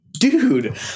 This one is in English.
Dude